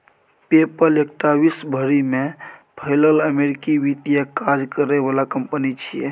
पे पल एकटा विश्व भरि में फैलल अमेरिकी वित्तीय काज करे बला कंपनी छिये